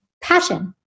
passion